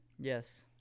Yes